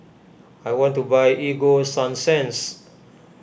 I want to buy Ego Sunsense